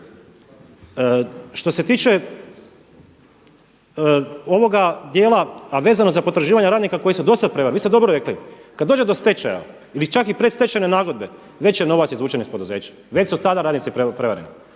Što se tiče ovoga dijela a vezano za potraživanja radnika koji su do sada …/Govornik se ne razumije./…, vi ste dobro rekli, kada dođe do stečaja ili čak i predstečajne nagodbe, već je novac izvučen iz poduzeća, već su tada radnici prevareni.